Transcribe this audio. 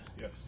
Yes